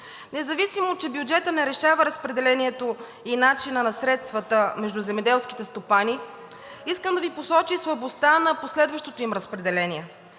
Независимо че бюджетът не решава разпределението и начина на средствата между земеделските стопани, искам да Ви посоча и слабостта на последващото им разпределение.